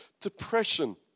Depression